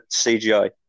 CGI